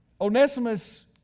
Onesimus